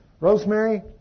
Rosemary